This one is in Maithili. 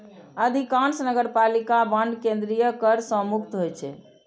अधिकांश नगरपालिका बांड केंद्रीय कर सं मुक्त होइ छै